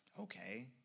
okay